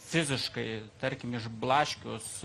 fiziškai tarkim išblaškius